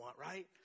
right